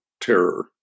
terror